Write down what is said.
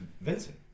Vincent